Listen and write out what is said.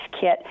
kit